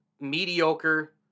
mediocre